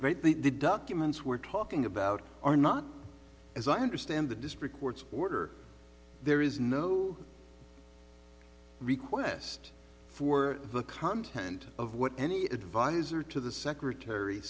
great the documents we're talking about are not as i understand the district court's order there is no request for the content of what any adviser to the secretary